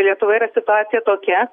lietuvoje yra situacija tokia